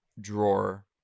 drawer